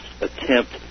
attempt